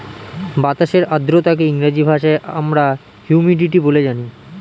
বাতাসের আর্দ্রতাকে ইংরেজি ভাষায় আমরা হিউমিডিটি বলে জানি